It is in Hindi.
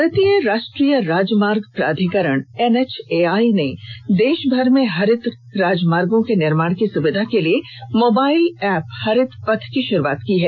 भारतीय राष्ट्रीय राजमार्ग प्राधिकरण एनएचएआई ने देशभर में हरित राजमार्गों के निर्माण की सुविधा के लिए मोबाइल ऐप हरित पथ की शुरुआत की है